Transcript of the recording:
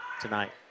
tonight